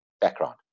background